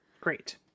Great